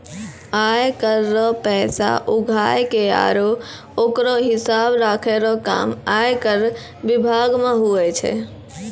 आय कर रो पैसा उघाय के आरो ओकरो हिसाब राखै रो काम आयकर बिभाग मे हुवै छै